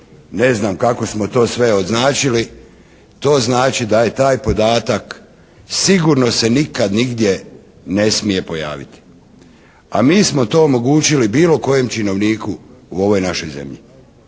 ne znam kako smo to sve označili, to znači da je taj podatak sigurno se nikad nigdje ne smije pojaviti. A mi smo to omogućili bilo kojem činovniku u ovoj našoj zemlji.